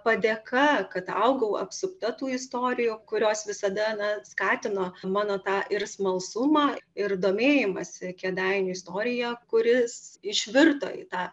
padėka kad augau apsupta tų istorijų kurios visada na skatino mano tą ir smalsumą ir domėjimąsi kėdainių istorija kuris išvirto į tą